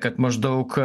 kad maždaug